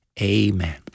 Amen